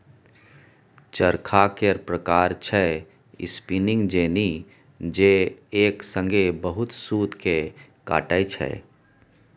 चरखा केर प्रकार छै स्पीनिंग जेनी जे एक संगे बहुत सुत केँ काटय छै